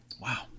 Wow